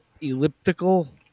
elliptical